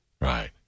Right